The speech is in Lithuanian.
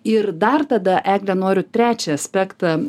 ir dar tada egle noriu trečią aspektą